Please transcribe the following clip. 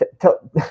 tell